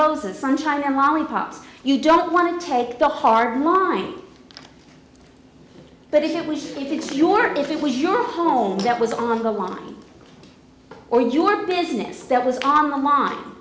roses sunshine and lollipops you don't want to take the hard line but if it was if it's your if it was your home that was on the one or your business that was on the l